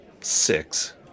Six